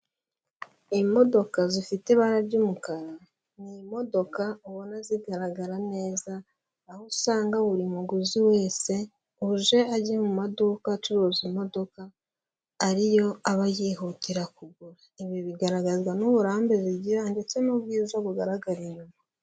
Imodoka zifite ibara ry'umukara, ni imodoka ubona zigaragara neza, aho usanga buri muguzi wese uje ajya mu maduka acuruza imodoka ariyo aba yihutira kugura, ibi bigaragazwa n'uburambe zigira ndetse n'ubwiza bugaragara inyuma.